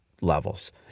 levels